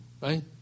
Right